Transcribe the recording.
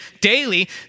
daily